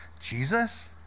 Jesus